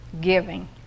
Giving